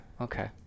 Okay